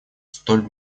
столь